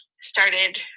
started